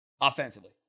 offensively